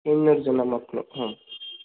ಇನ್ನೂರು ಜನ ಮಕ್ಕಳು ಹ್ಞೂ